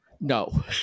No